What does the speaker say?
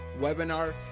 webinar